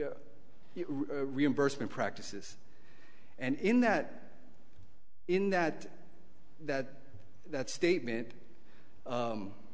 r reimbursement practices and in that in that that that statement